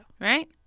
Right